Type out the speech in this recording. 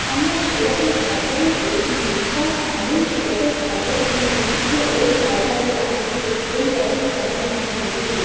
আমরা সেরকম খবরও দেখি বা কানেও সেরকম খবর শুনি যে ওই জায়গাতে আজকে এই রকম ঘটনাটি ঘটেছে